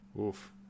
Oof